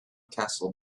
castle